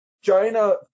China